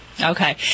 Okay